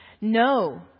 No